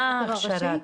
מה ההכשרה?